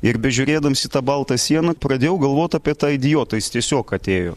ir bežiūrėdams į tą baltą sieną pradėjau galvot apie tą idiotą jis tiesiog atėjo